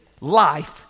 life